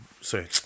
Sorry